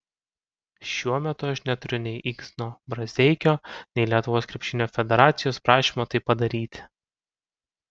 šiuo metu aš neturiu nei igno brazdeikio nei lietuvos krepšinio federacijos prašymo tai padaryti